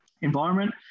environment